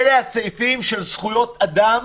אלה הסעיפים של זכויות אדם